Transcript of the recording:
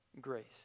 grace